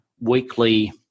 weekly